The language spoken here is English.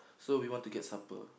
so we want to get supper